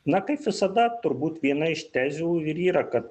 na kaip visada turbūt viena iš tezių ir yra kad